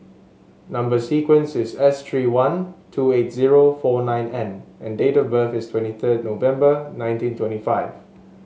number sequence is S three one two eight zero four nine N and date of birth is twenty third November nineteen twenty five